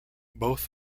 both